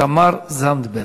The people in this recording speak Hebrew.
תמר זנדברג.